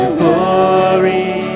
glory